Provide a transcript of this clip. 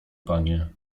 panie